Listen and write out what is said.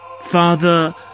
Father